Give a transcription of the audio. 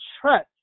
trust